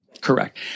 Correct